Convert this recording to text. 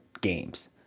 games